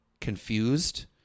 confused